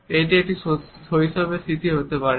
এটি একটি শৈশবের স্মৃতি হতে পারে